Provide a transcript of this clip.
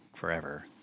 forever